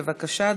בבקשה,